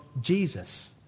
Jesus